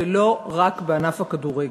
ולא רק בענף הכדורגל.